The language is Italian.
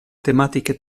tematiche